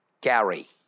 Gary